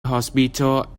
hospital